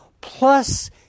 plus